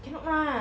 cannot lah